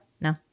No